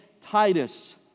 Titus